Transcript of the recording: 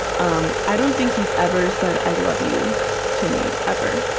um i don't think he's ever said i love you to me, ever.